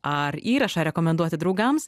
ar įrašą rekomenduoti draugams